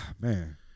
man